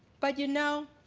but you know,